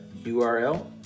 URL